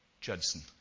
Judson